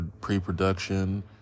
pre-production